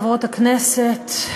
חברות הכנסת,